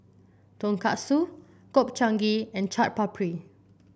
Tonkatsu Gobchang Gui and Chaat Papri